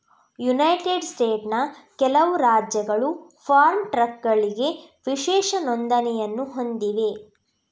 United ಸ್ಟೇಟ್ಸ್ನ ಕೆಲವು ರಾಜ್ಯಗಳು ಫಾರ್ಮ್ ಟ್ರಕ್ಗಳಿಗೆ ವಿಶೇಷ ನೋಂದಣಿಯನ್ನು ಹೊಂದಿವೆ